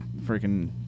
freaking